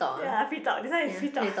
ya free talk this one is free talk